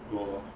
go lor